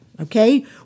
okay